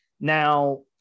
Now